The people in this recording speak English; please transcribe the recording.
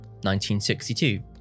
1962